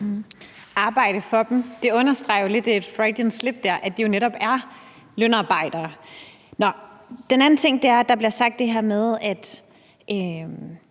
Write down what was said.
Arbejde for dem? Det understreger jo lidt et freudian slip, altså at det netop er lønarbejdere. Nå, men den anden ting er, at der bliver sagt det her med, at